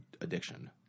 addiction